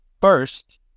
first